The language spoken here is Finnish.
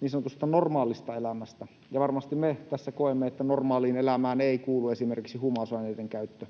niin sanotusta normaalista elämästä, ja varmasti me tässä koemme, että normaaliin elämään ei kuulu esimerkiksi huumausaineiden käyttö,